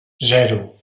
zero